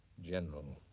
general,